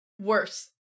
Worse